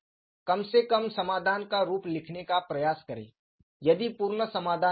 कम से कम समाधान का रूप लिखने का प्रयास करें यदि पूर्ण समाधान नहीं है